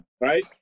Right